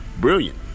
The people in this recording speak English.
Brilliant